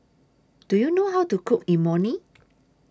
Do YOU know How to Cook Imoni